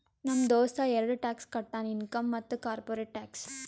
ನಮ್ ದೋಸ್ತ ಎರಡ ಟ್ಯಾಕ್ಸ್ ಕಟ್ತಾನ್ ಇನ್ಕಮ್ ಮತ್ತ ಕಾರ್ಪೊರೇಟ್ ಟ್ಯಾಕ್ಸ್